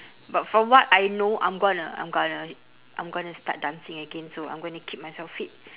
but from what I know I'm gonna I'm gonna I'm gonna start dancing again so I'm gonna keep myself fit